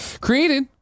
Created